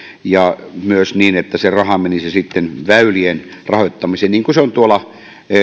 ja myös niin että se raha menisi sitten väylien rahoittamiseen niin kuin tuolla